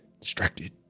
distracted